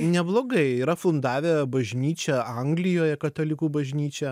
neblogai yra fundavę bažnyčią anglijoje katalikų bažnyčią